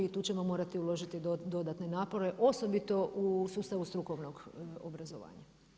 I tu ćemo morati uložiti dodatne napore osobito u sustavu strukovnog obrazovanja.